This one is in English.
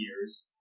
years